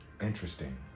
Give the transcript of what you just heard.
Interesting